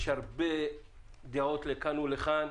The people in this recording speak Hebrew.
יש הרבה דעות לכאן ולכאן.